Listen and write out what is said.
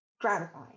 gratifying